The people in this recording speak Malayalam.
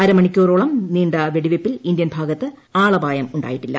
അരമണിക്കൂറോളം നീണ്ട വെടിവയ്പിൽ ഇന്ത്യൻ ഭാഗത്ത് ആളപായമുണ്ടായിട്ടില്ല